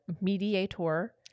mediator